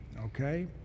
Okay